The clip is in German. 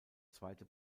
zweite